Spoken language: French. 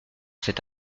cet